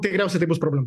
tikriausiai tai bus proga